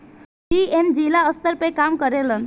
DM जिला स्तर पर काम करेलन